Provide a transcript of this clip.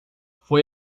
foi